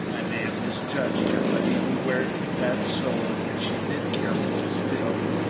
i may have misjudged her, but even were that so and she did care for you still,